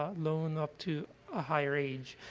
ah loan up to a higher age.